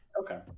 okay